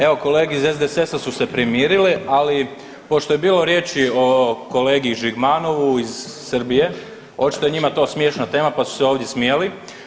Evo kolege iz SDSS-a su se primirile, ali pošto je bilo riječi o kolegi Žigmanovu iz Srbije očito je njima smiješna tema pa su se ovdje smijali.